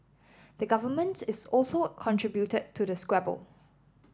the Government is also contributed to the squabble